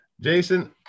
jason